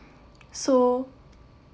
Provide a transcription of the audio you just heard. so